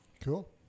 Cool